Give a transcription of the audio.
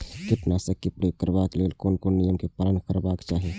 कीटनाशक क प्रयोग करबाक लेल कोन कोन नियम के पालन करबाक चाही?